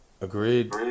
Agreed